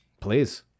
Please